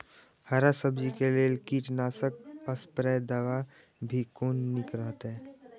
हरा सब्जी के लेल कीट नाशक स्प्रै दवा भी कोन नीक रहैत?